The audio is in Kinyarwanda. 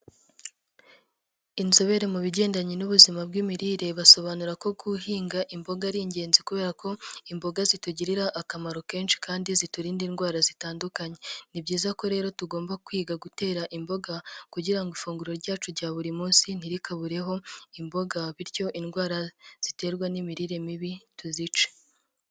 Inzobere mu bigendanye n'ubuzima bw'imirire, basobanura ko guhinga imboga ari ingenzi kubera ko imboga zitugirira akamaro kenshi kandi ziturinda indwara zitandukanye. Ni byiza ko rero tugomba kwiga gutera imboga kugira ifunguro ryacu rya buri munsi ntirikabureho imboga bityo indwara ziterwa n'imirire mibi tuzice.